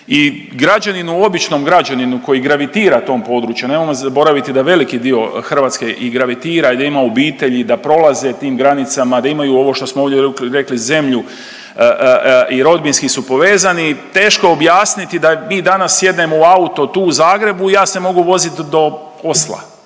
i građaninu, običnom građaninu koji gravitira tom području, nemojmo zaboraviti da veliki dio Hrvatske i gravitira i da ima obitelji i da prolaze tim granicama, da imaju ovo što smo ovdje rekli zemlju i rodbinski su povezani teško je objasniti da mi danas sjednemo u auto tu u Zagrebu, ja se mogu vozit do Osla,